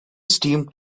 steam